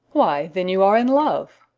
why, then you are in love.